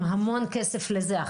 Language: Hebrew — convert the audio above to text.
עם המון כסף לזה.